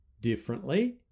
differently